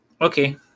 Okay